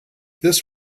this